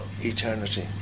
eternity